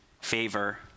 favor